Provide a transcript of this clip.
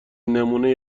نمونه